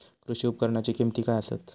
कृषी उपकरणाची किमती काय आसत?